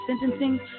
sentencing